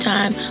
Time